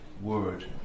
word